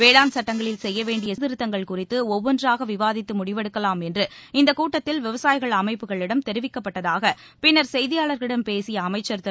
வேளாண் சுட்டங்களில் செய்ய வேண்டிய திருத்தங்கள் குறித்து ஒவ்வொன்றாக விவாதித்து முடிவெடுக்கலாம் என்று இந்தக் கூட்டத்தில் விவசாயிகள் அமைப்புகளிடம் தெரிவிக்கப்பட்டதாக பின்னர் செய்தியாளர்களிடம் பேசிய அமைச்சர் திரு